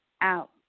out